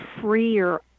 freer